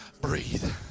breathe